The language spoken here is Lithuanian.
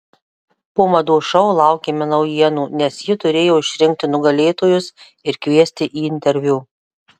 po mados šou laukėme naujienų nes ji turėjo išrinkti nugalėtojus ir kviesti į interviu